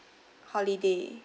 holiday